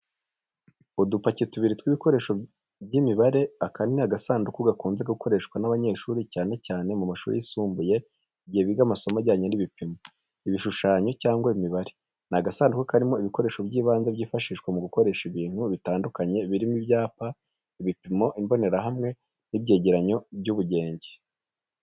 Udupaki tubiri tw’ibikoresho by’imibare, aka ni agasanduku gakunze gukoreshwa n’abanyeshuri, cyane cyane mu mashuri yisumbuye igihe biga amasomo ajyanye n'ibipimo, ibishushanyo, cyangwa imibare. Ni agasanduku karimo ibikoresho by’ibanze byifashishwa mu gukora ibintu bitandukanye birimo ibyapa, ibipimo, imbonerahamwe, n'ibyegeranyo by'ubugenge.